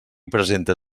presenta